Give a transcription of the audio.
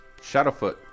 Shadowfoot